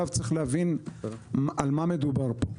צריך להבין על מה מדובר פה.